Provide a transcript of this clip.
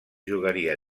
jugaria